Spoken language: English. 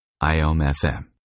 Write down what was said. IOM-FM